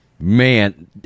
Man